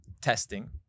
testing